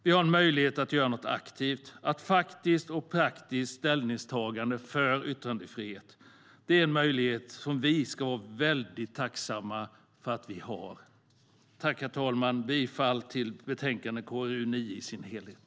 Vi har en möjlighet att göra något aktivt genom ett faktiskt och praktiskt ställningstagande för yttrandefrihet. Det är en möjlighet som vi ska vara väldigt tacksamma för att vi har. Herr talman! Jag yrkar bifall till förslaget i betänkande KrU9 i sin helhet.